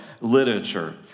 literature